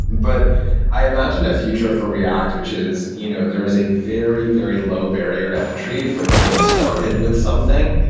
but i imagine that future for react, which is you know there is a very, very low barr ier to entry for getting started with something.